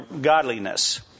godliness